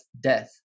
death